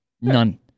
None